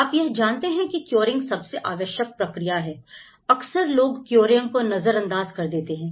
आप यह जानते हैं कि क्यूरिंग सबसे आवश्यक प्रक्रिया है अक्सर लोग क्यूरिंग को नजरअंदाज कर देते हैं